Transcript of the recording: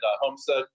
Homestead